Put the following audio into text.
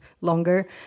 longer